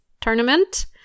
tournament